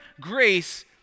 Grace